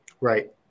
Right